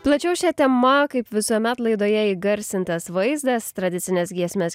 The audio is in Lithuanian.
plačiau šia tema kaip visuomet laidoje įgarsintas vaizdas tradicines giesmes